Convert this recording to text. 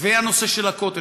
והנושא של הכותל,